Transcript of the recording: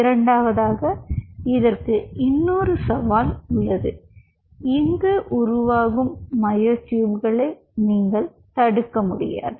இரண்டாவதாக இதற்கு இன்னொரு சவால் உள்ளது இங்கு உருவாகும் மயோட்யூப்களை நீங்கள் தடுக்க முடியாது